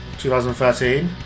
2013